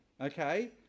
Okay